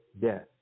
death